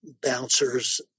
bouncers